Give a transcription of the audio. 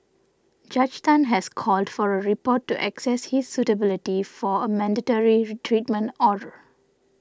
Judge Tan has called for a report to access his suitability for a mandatory treatment order